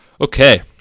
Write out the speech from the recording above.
Okay